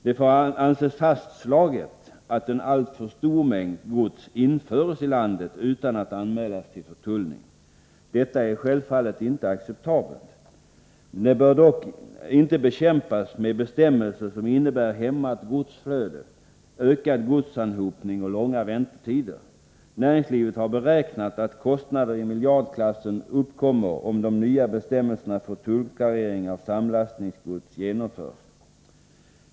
Det får anses fastslaget att en alltför stor mängd gods införs i landet utan att anmälas till förtullning. Detta är självfallet inte acceptabelt. Förfarandet bör dock inte bekämpas med bestämmelser som innebär hämmat godsflöde, ökad godsanhopning och långa väntetider. Näringslivet har beräknat att kostnader i miljardklassen uppkommer, om de nya bestämmelserna för tullklarering av samlastningsgods genomförs.